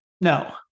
No